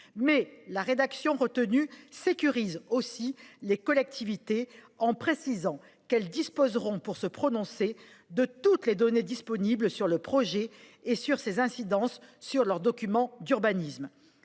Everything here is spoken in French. mais la rédaction retenue sécurise aussi les collectivités en précisant que celles-ci disposeront, pour se prononcer, de toutes les données disponibles sur le projet et sur ses incidences sur leurs documents d’urbanisme.